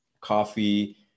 coffee